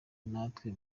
natwe